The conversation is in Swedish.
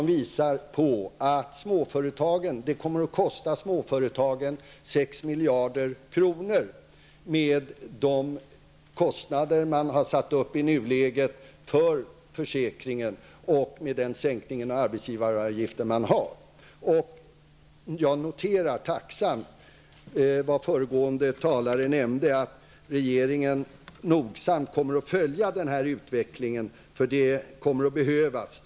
De visar på att detta kommer att kosta småföretagen 6 miljarder, med de kostnader som man har satt upp för försäkringen i nuläget och med den aktuella sänkningen av arbetsgivaravgiften. Jag noterar tacksamt vad föregående talare nämnde, att regeringen nogsamt kommer att följa utvecklingen. Det kommer att behövas.